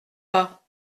pas